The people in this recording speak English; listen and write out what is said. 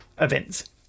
events